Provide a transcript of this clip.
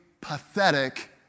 pathetic